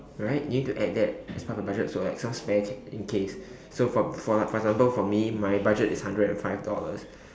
right you need to add that as part of the budget so that some spare cash in case so for for example for me my budget is hundred and five dollars